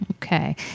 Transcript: Okay